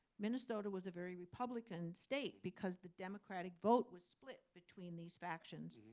minnesota was a very republican state because the democratic vote was split between these factions.